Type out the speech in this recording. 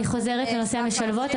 אני חוזרת לנושא משלבות.